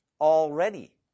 Already